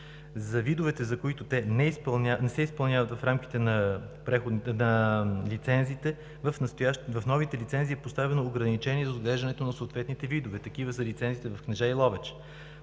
За видовете, за които това не е изпълнено в рамките на лицензиите, в новите лицензии е поставено ограничение за отглеждането на съответните видове. Такива са лицензиите в Кнежа и Ловеч.